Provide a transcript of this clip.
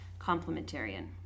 complementarian